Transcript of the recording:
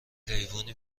حیوونی